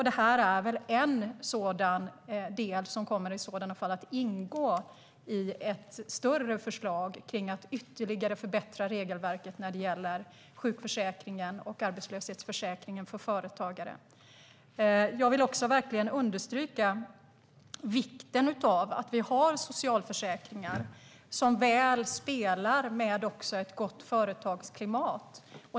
Detta är väl en del som i sådana fall kommer att ingå i ett större förslag kring att ytterligare förbättra regelverket när det gäller sjukförsäkringen och arbetslöshetsförsäkringen för företagare. Jag vill också verkligen understryka vikten av att vi har socialförsäkringar som spelar väl med ett gott företagsklimat.